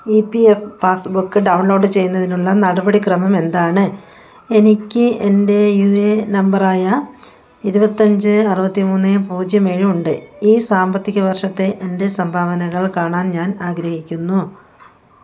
E P F passbook download ചെയ്യുന്നതിനുളള നടപടിക്രമമെന്താണ് എനിക്ക് എൻറ്റെ യു എ നമ്പറായ ഇരുപത്തഞ്ച് അറുപത്തിമൂന്ന് പൂജ്യം ഏഴ് ഉണ്ട് ഈ സാമ്പത്തിക വർഷത്തെ എൻറ്റെ സംഭാവനകൾ കാണാൻ ഞാൻ ആഗ്രഹിക്കുന്നു